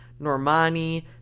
Normani